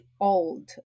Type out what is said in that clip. old